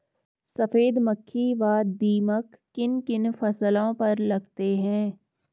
सफेद मक्खी व दीमक किन किन फसलों पर लगते हैं?